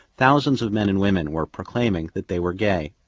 thousands of men and women were proclaiming that they were gay.